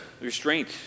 restraint